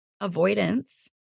avoidance